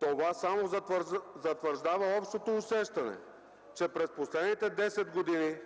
Това само затвърждава общото усещане, че през последните 10 години